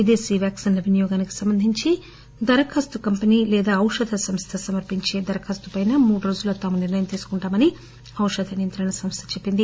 విదేశీ వ్యాక్పిన్ల వినియోగానికి సంబంధించి దరఖాస్తు కంపెనీ లేదా ఔషధ సంస్థ సమర్పించే దరఖాస్తు పైన మూడు రోజుల్లో తాము నిర్ణయం తీసుకుంటామని ఔషధ నియంత్రణ సంస్థ చెప్పింది